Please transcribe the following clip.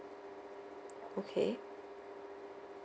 okay